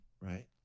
Right